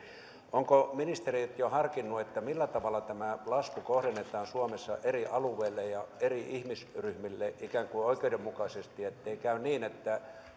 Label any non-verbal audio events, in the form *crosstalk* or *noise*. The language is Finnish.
ovatko ministerit jo harkinneet millä tavalla tämä lasku kohdennetaan suomessa eri alueille ja ihmisryhmille ikään kuin oikeudenmukaisesti ettei käy niin että *unintelligible*